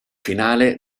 finale